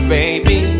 baby